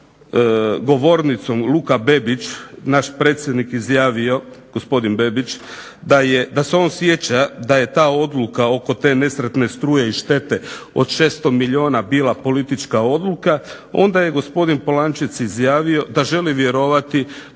za govornicom Luka Bebić naš predsjednik izjavio gospodin Bebić, da se on sjeća da je ta odluka oko te nesretne struje i štete od 600 milijuna bila politička odluka, onda je gospodin Polančec izjavio da želi vjerovati